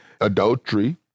adultery